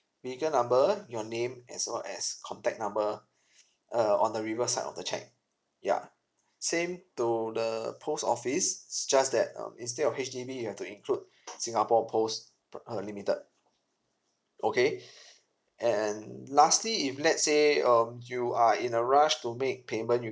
vehicle number your name as well as contact number uh on the reverse side of the cheque ya same to the post office it's just that um instead of H_D_B you have to include singapore post p~ uh limited okay and lastly if let's say um you are in a rush to make payment you